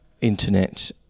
internet